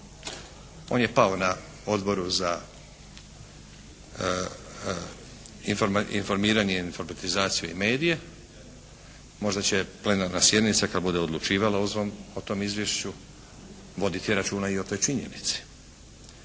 On je pao na Odboru za informiranje, informatizaciju i medije. Možda će plenarna sjednica kad bude odlučivala o tome izvješću voditi računa i o toj činjenici.